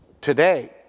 Today